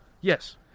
Yes